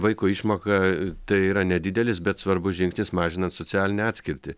vaiko išmoka tai yra nedidelis bet svarbus žingsnis mažinant socialinę atskirtį